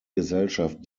gesellschaft